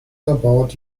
about